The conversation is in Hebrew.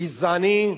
גזעני,